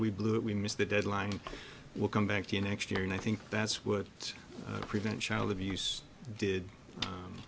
we blew it we missed the deadline welcome back the next year and i think that's what prevent child abuse did